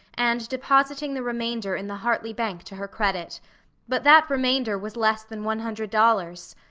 and depositing the remainder in the hartley bank to her credit but that remainder was less than one hundred dollars.